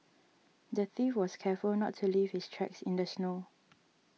the thief was careful not to leave his tracks in the snow